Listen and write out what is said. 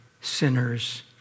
sinners